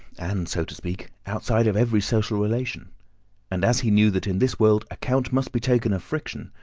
and, so to speak, outside of every social relation and as he knew that in this world account must be taken of friction,